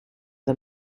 the